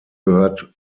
gehört